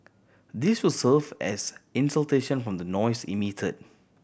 this will serve as from the noise emit